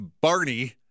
Barney